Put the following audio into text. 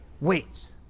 Waits